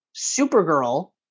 Supergirl